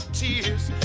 tears